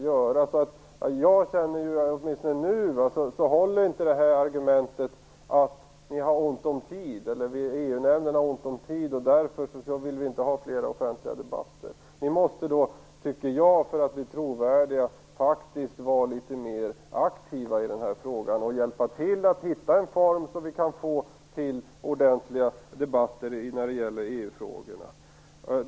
Därför håller inte argumentet att EU nämnden har ont om tid och att Socialdemokraterna därför inte vill ha flera offentliga debatter. För att bli trovärdiga måste ni, tycker jag, faktiskt vara litet mer aktiva i den här frågan och hjälpa till att hitta en form så att vi kan få till stånd ordentliga debatter när det gäller EU-frågorna.